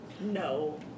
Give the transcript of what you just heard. No